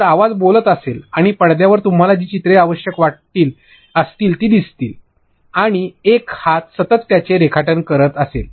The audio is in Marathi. तर आवाज बोलत असेल आणि पडद्यावर तुम्हाला जी चित्रे आवश्यक असतील ती असतील आणि एक हात सतत त्याचे रेखाटन करत असेल